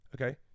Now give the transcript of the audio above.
okay